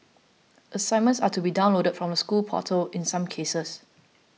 assignments are to be downloaded from the school portal in some cases